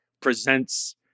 presents